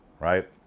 right